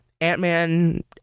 Ant-Man